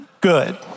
Good